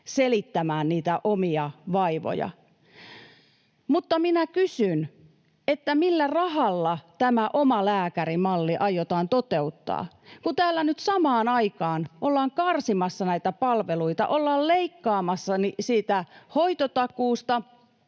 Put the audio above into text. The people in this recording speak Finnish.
selittämään niitä omia vaivoja. Mutta kysyn, millä rahalla tämä omalääkärimalli aiotaan toteuttaa. Kun täällä nyt samaan aikaan ollaan karsimassa näitä palveluita, ollaan leikkaamassa hoitotakuusta